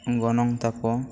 ᱜᱚᱱᱚᱝ ᱛᱟᱠᱚ